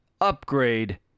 upgrade